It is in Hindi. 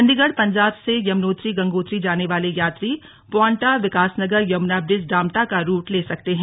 चंडीगढ़ पंजाब से यमुनोत्री गंगोत्री जाने वाले यात्री पांवटा विकासनगर यमुना बिज डामटा का रूट ले सकते हैं